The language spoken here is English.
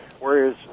Whereas